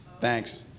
Thanks